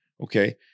okay